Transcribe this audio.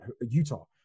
Utah